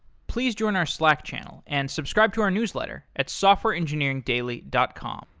please join our slack channel, and subscribe to our newsletter at softwareengineeringdaily dot com,